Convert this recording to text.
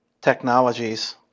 technologies